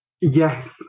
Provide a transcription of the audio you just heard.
Yes